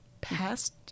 past